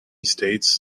states